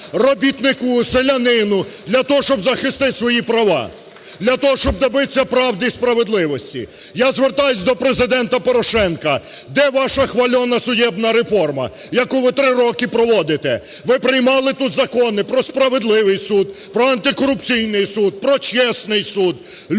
робітнику, селянину для того, щоб захистити свої права, для того, щоб добитися правди і справедливості? Я звертаюся до Президента Порошенка. Де ваша хвальона судебна реформа, яку ви три роки проводите? Ви приймали тут закони про справедливий суд, про антикорупційний суд, про чесний суд.